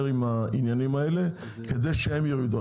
עם העניינים האלה כדי שהם יורידו?